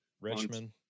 Richmond